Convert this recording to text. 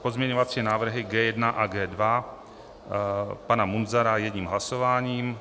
Pozměňovací návrhy G1 a G2 pana Munzara jedním hlasováním.